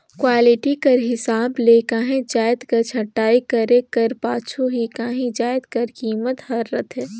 quality कर हिसाब ले काहींच जाएत कर छंटई करे कर पाछू ही काहीं जाएत कर कीमेत हर रहथे